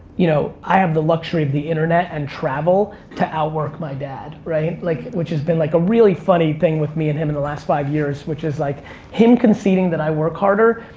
you know, i have the luxury of the internet and travel to outwork my dad, right? like which has been like a really funny thing with me and him in the last five years which is like him conceding that i work harder.